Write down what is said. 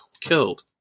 killed